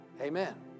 Amen